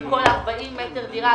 בכל 40 מטר דירה.